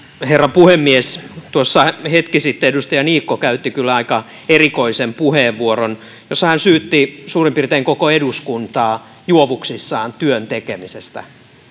herra puhemies tuossa hetki sitten edustaja niikko käytti kyllä aika erikoisen puheenvuoron jossa hän syytti suurin piirtein koko eduskuntaa juovuksissaan työn tekemisestä